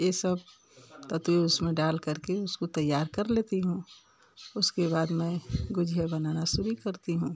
ये सब तत्व उसमें डालकर के उसको तैयार कर लेती हूँ उसके बाद मैं गुजिया बनाना शुरू करती हूँ